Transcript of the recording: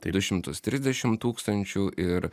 du šimtus trisdešim tūkstančių ir